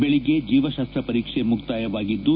ದೆಳಗ್ಗೆ ಜೀವಶಾಸ್ತ ಪರೀಕ್ಷೆ ಮುಕ್ತಾಯವಾಗಿದ್ದು